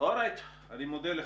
אני מודה לך.